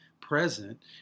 present